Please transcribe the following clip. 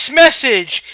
message